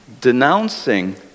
denouncing